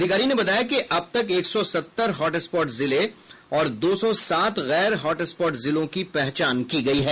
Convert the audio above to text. अधिकारी ने बताया की अब तक एक सौ सत्तर हॉटस्पॉट जिले और दो सौ सात गैर हॉटस्पॉट जिलों की पहचान की गई है